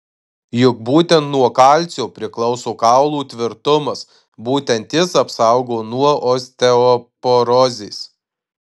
juk būtent nuo kalcio priklauso kaulų tvirtumas būtent jis apsaugo nuo osteoporozės